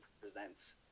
Presents